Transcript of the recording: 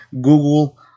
Google